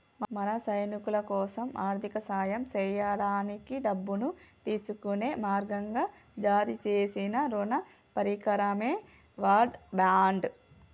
మన సైనికులకోసం ఆర్థిక సాయం సేయడానికి డబ్బును తీసుకునే మార్గంగా జారీ సేసిన రుణ పరికరమే వార్ బాండ్